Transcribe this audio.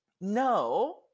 no